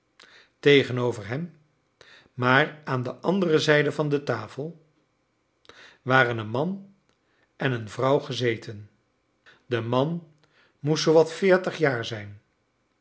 tegenover hem maar aan de andere zijde van de tafel waren een man en een vrouw gezeten de man moest zoowat veertig jaar zijn